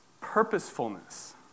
purposefulness